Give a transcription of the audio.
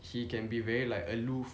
he can be very like aloof